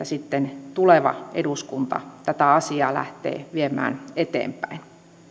sitten tuleva eduskunta tätä asiaa lähtee viemään eteenpäin